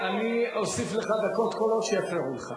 אני אוסיף לך דקות כל עוד יפריעו לך.